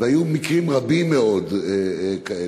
והיו מקרים רבים מאוד כאלה.